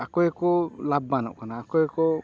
ᱟᱠᱚ ᱜᱮᱠᱚ ᱞᱟᱵᱽᱵᱟᱚᱱᱜ ᱠᱟᱱᱟ ᱟᱠᱚ ᱜᱮᱠᱚ